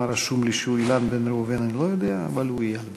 עבדאללה אבו מערוף, עאידה